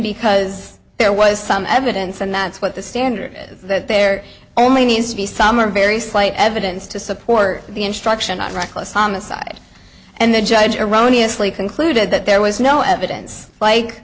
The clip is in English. because there was some evidence and that's what the standard that there only needs to be some or very slight evidence to support the instruction of reckless homicide and the judge erroneously concluded that there was no evidence like